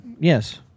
Yes